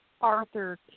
Arthur